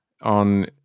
on